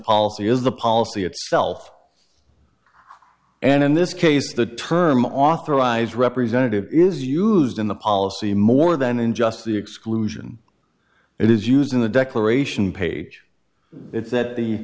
policy is the policy itself and in this case the term authorized representative is used in the policy more than in just the exclusion it is used in the declaration page it's that the